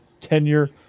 tenure